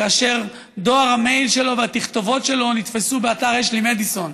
כאשר דואר המייל שלו והתכתובות שלו נתפסו באתר אשלי מדיסון,